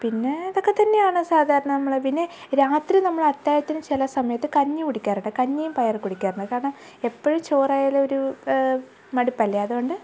പിന്നെ ഇതൊക്കെ തന്നെയാണ് സാധാരണ നമ്മൾ പിന്നെ രാത്രി നമ്മൾ അത്താഴത്തിന് ചില സമയത്ത് കഞ്ഞി കുടിക്കാറുണ്ട് കഞ്ഞീം പയറും കുടിക്കാറുണ്ട് കാരണം എപ്പോഴും ചോറായാലും ഒരു മടുപ്പല്ലെ അതുകൊണ്ട്